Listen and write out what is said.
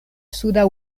suda